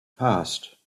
passed